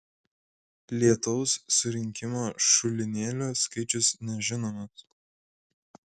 lietaus surinkimo šulinėlių skaičius nežinomas